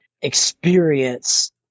experience